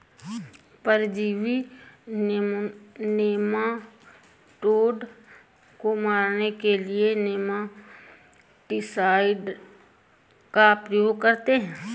परजीवी नेमाटोड को मारने के लिए नेमाटीसाइड का प्रयोग करते हैं